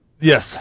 Yes